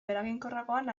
eraginkorragoan